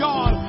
God